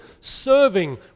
serving